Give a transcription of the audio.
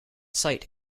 sight